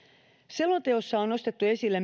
selonteossa on nostettu esille